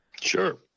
Sure